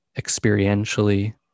experientially